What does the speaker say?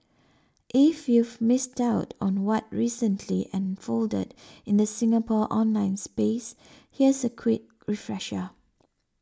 if you've missed out on what recently unfolded in the Singapore online space here's a quick refresher